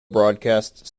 broadcasts